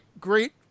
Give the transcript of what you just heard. great